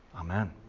Amen